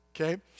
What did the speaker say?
Okay